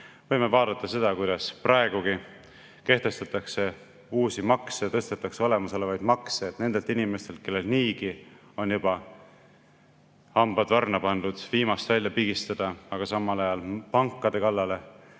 Võime vaadata seda, kuidas praegugi kehtestatakse uusi makse ja tõstetakse olemasolevaid makse, et nendelt inimestelt, kellel niigi on juba hambad varna pandud, viimast välja pigistada, aga samal ajal pankade kallale,